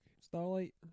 Starlight